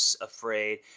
afraid